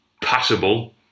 passable